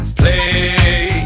play